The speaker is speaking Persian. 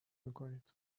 میکنید